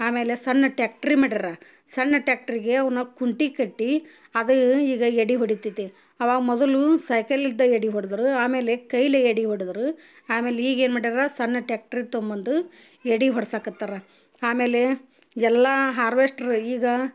ಆಮೇಲೆ ಸಣ್ಣ ಟ್ಯಾಕ್ಟ್ರಿ ಮಾಡ್ಯಾರ ಸಣ್ಣ ಟ್ಯಾಕ್ಟ್ರಿಗೆ ಅವನ್ನು ಕುಂಟಿ ಕಟ್ಟಿ ಅದು ಈಗ ಎಡಿ ಹೊಡಿತೈತೆ ಆವಾಗ ಮೊದಲು ಸೈಕಲಿದ್ದ ಎಡಿ ಹೊಡಿದರೂ ಆಮೇಲೆ ಕೈಲಿ ಎಡಿ ಹೊಡಿದರು ಆಮೇಲೆ ಈಗೇನು ಮಾಡ್ಯಾರ ಸಣ್ಣ ಟ್ಯಾಕ್ಟ್ರಿ ತಗೊಬಂದು ಎಡಿ ಹೊಡ್ಸಕತ್ತಾರೆ ಆಮೇಲೆ ಎಲ್ಲ ಹಾರ್ವೆಸ್ಟ್ರ್ ಈಗ